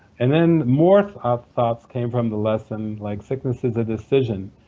and then more ah thoughts came from the lesson like, sickness is a decision.